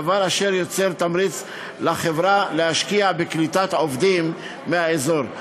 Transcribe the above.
דבר אשר יוצר תמריץ לחברה להשקיע בקליטת עובדים מהאזור.